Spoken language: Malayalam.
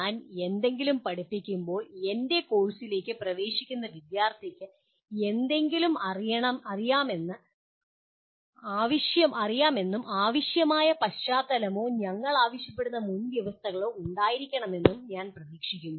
ഞാൻ എന്തെങ്കിലും പഠിപ്പിക്കുമ്പോൾ എൻ്റെ കോഴ്സിലേക്ക് പ്രവേശിക്കുന്ന വിദ്യാർത്ഥിക്ക് എന്തെങ്കിലും അറിയാമെന്നും ആവശ്യമായ പശ്ചാത്തലമോ ഞങ്ങൾ ആവശ്യപ്പെടുന്ന മുൻവ്യവസ്ഥകളോ ഉണ്ടായിരിക്കുമെന്നും ഞാൻ പ്രതീക്ഷിക്കുന്നു